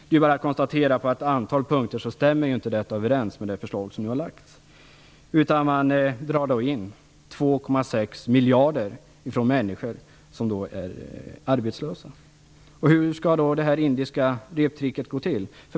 Det är bara att konstatera att på ett antal punkter stämmer inte detta överens med det förslag som nu har lagts fram, utan man drar in 2,6 miljarder från människor som är arbetslösa. Hur skall då detta indiska reptrick gå till?